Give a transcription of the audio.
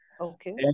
Okay